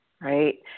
right